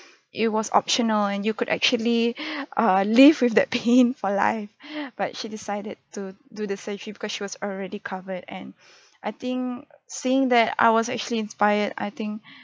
it was optional and you could actually err live with that pain for life but she decided to do the surgery because she was already covered and I think seeing that I was actually inspired I think